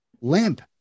limp